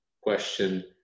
question